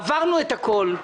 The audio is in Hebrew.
עברנו את הכול,